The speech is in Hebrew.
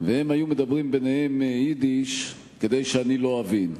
היו מדברים ביניהם יידיש כדי שאני לא אבין.